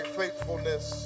faithfulness